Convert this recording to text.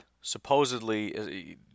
supposedly